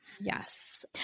Yes